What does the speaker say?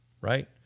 right